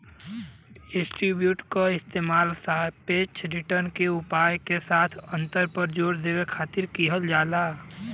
absolute क इस्तेमाल सापेक्ष रिटर्न के उपाय के साथ अंतर पर जोर देवे खातिर किहल जाला